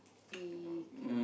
big you know